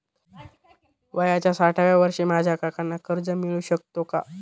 वयाच्या साठाव्या वर्षी माझ्या काकांना कर्ज मिळू शकतो का?